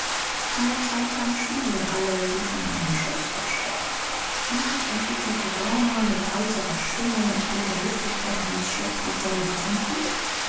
eine zeitlang schwiegen alle wie von einem schuß erschreckt endlich entgegnete daumer mit heiserer stimme und mit der höflichkeit eines schlechten